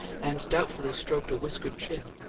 and doubtfully stroked a whiskered chin.